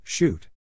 Shoot